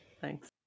Thanks